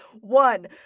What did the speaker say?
One